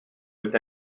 with